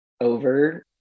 over